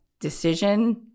decision